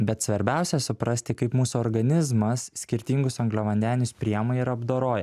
bet svarbiausia suprasti kaip mūsų organizmas skirtingus angliavandenius priima ir apdoroja